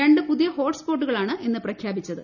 രണ്ട് പുതിയ ഹോട്ട് സ്പോട്ടുകളാണ് ഇന്നു പ്രഖ്യാപിച്ചത്